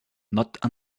not